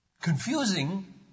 confusing